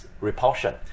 repulsion